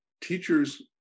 teachers